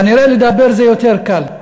כנראה לדבר זה יותר קל.